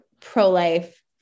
pro-life